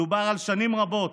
מדובר על שנים רבות.